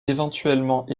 éventuellement